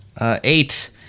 Eight